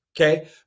Okay